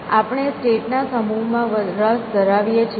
આપણે સ્ટેટ ના સમૂહમાં રસ ધરાવીએ છીએ